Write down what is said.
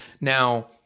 Now